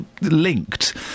linked